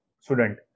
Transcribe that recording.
Student